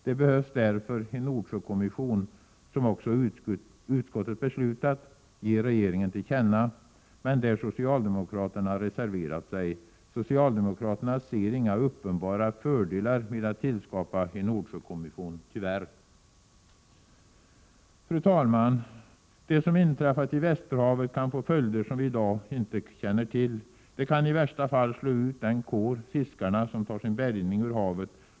Det behövs därför en Nordsjökommission, vilket också utskottet har beslutat ge regeringen till känna. Men här har socialdemokraterna reserverat sig. Socialdemokraterna ser inga uppenbara fördelar med att skapa en Nordsjökommission — tyvärr. Fru talman! Det som har inträffat i Västerhavet kan få följder som vi i dag inte kan ana. I värsta fall kan det slå ut den kår, fiskarna, som får sin bärgning ur havet.